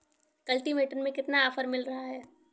Cultivator में कितना offer मिल रहा है?